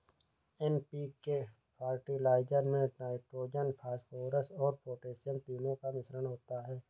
NPK fertiliser में nitrogen, phosphorus और potassium तीनों का मिश्रण होता है